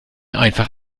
einfach